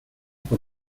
por